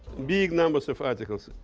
big numbers of articles.